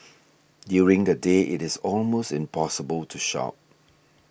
during the day it is almost impossible to shop